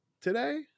today